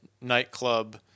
nightclub